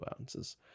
ounces